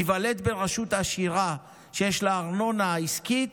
אם תיוולד ברשות עשירה שיש לה ארנונה עסקית,